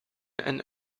and